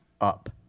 up